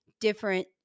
different